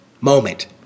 moment